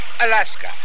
Alaska